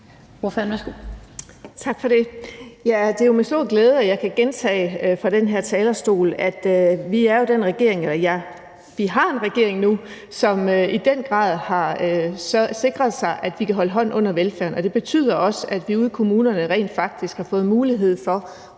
Det er jo med stor glæde, at jeg kan gentage fra den her talerstol, at vi er en regering – og at vi har en regering nu – som i den grad har sikret sig, at vi kan holde hånden under velfærden. Og det betyder også, at vi ude i kommunerne rent faktisk har fået mulighed for